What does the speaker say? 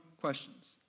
questions